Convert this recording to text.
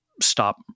stop